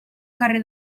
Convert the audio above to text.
càrrec